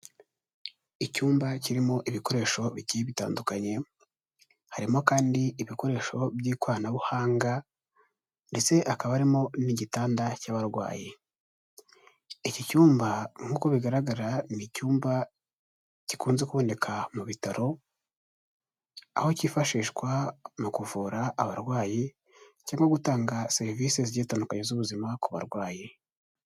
Icyumba kirimo ibikoresho bigiye bitandukanye, harimo kandi ibikoresho by'ikoranabuhanga ndetse hakaba harimo n'igitanda cy'abarwayi. Iki cyumba nkuko bigaragara ni cyumba gikunze kuboneka mu bitaro, aho cyifashishwa mu kuvura abarwayi cyangwa gutanga serivisi zigiye zitandukanye z'ubuzima ku barwayi.